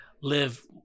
live